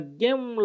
game